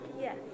Yes